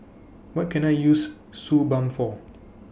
What Can I use Suu Balm For